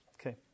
Okay